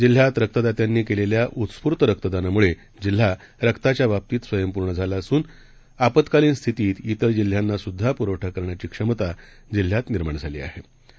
जिल्ह्यातरक्तदात्यांनीकेलेल्याउत्स्फूर्तरक्तदानामुळेजिल्हारक्ताच्याबाबतीतस्वयंपूर्णझालाअसून आपत्कालीनस्थितीत तिरजिल्ह्यांनासुद्धापुरवठाकरण्याचीक्षमताजिल्ह्यातनिर्माणझालीआहेत